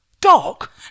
Doc